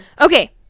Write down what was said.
Okay